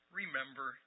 remember